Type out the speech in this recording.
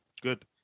Good